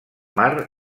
mar